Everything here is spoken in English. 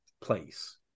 place